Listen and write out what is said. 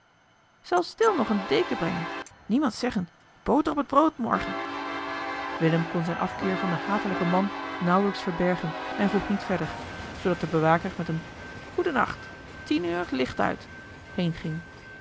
zal stil nog eene deken brengen niemand zeggen boter op het brood morgen willem kon zijn afkeer van den hatelijken man nauwelijks verbergen en vroeg niet verder zoodat de bewaker met een goeden nacht tien uur licht uit heenging